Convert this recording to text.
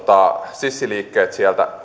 sissiliikkeet